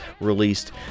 released